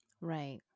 Right